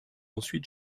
ensuite